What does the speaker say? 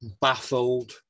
baffled